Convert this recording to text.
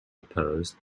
opposed